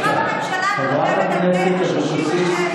זאת הערה עניינית, אדוני.